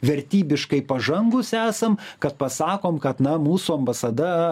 vertybiškai pažangūs esam kad pasakom kad na mūsų ambasada